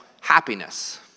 happiness